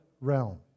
realm